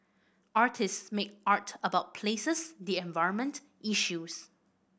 artists make art about places the environment issues